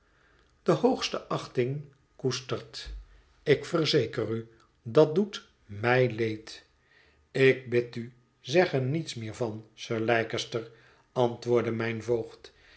de hoogste achting koestert ik verzeker u dat doet mij leed ik bid u zeg er niets meer van sir leicester antwoordde mijn voogd